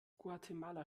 guatemala